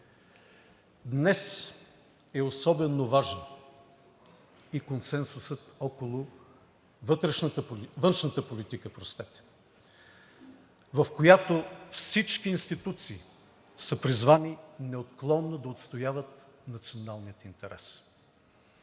Днес е особено важен и консенсусът около външната политика, в която всички институции са призвани неотклонно да отстояват националния интерес.